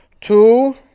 Two